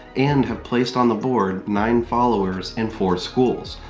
and have placed on the board nine followers, and four schools.